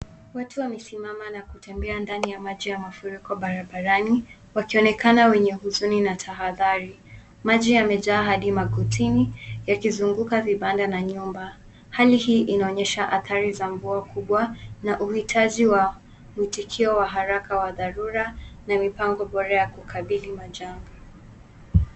Watu wamesimama na kutembea ndani ya maji ya mafuriko barabarani wakionekana wenye huzuni na tahadhari. Maji yamejaa hadi magotini yakizunguka vibanda na nyumba. Hali hii inaonyesha athari za mvua kubwa na uhitaji wa mwitikio wa haraka wa dharura na mipango bora ya kukabili majanga.